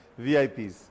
VIPs